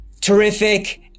terrific